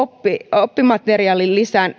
oppimateriaalilisän